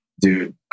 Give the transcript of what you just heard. dude